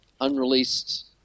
unreleased